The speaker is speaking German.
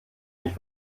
mich